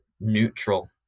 neutral